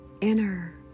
inner